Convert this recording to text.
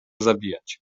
zabijać